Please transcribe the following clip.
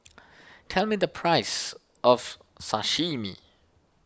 tell me the price of Sashimi